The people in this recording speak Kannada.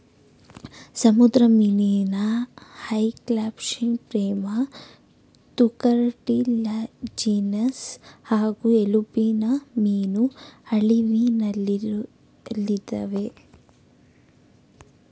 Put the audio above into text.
ಸಮುದ್ರ ಮೀನಲ್ಲಿ ಹ್ಯಾಗ್ಫಿಶ್ಲ್ಯಾಂಪ್ರೇಮತ್ತುಕಾರ್ಟಿಲ್ಯಾಜಿನಸ್ ಹಾಗೂ ಎಲುಬಿನಮೀನು ಅಳಿವಿನಲ್ಲಿದಾವೆ